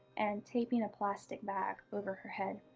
and taping a plastic bag over her head.